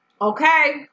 Okay